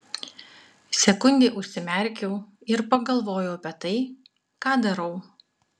sekundei užsimerkiau ir pagalvojau apie tai ką darau